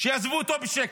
כדי שיעזבו אותו בשקט?